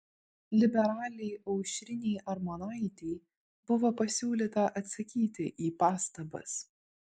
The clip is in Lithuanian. liberalei aušrinei armonaitei buvo pasiūlyta atsakyti į pastabas